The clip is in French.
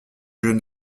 jeune